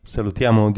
Salutiamo